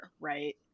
right